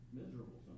miserable